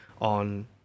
on